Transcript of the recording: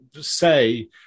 say